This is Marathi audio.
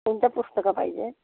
कोणती पुस्तकं पाहिजे